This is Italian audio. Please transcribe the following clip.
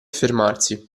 fermarsi